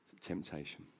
temptation